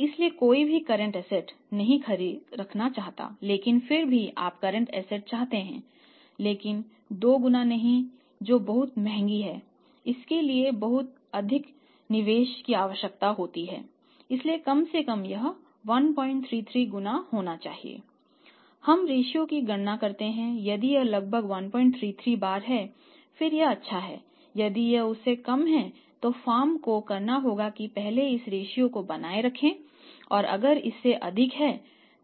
इसलिए कोई भी कर्रेंट एसेट को बनाए रखें और अगर इससे अधिक है